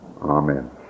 Amen